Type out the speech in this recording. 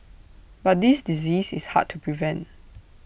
but this disease is hard to prevent